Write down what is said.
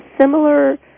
similar